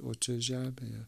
o čia žemėje